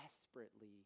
desperately